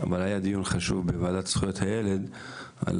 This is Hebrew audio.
אבל היה דיון חשוב בוועדת זכויות הילד על